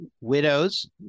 widows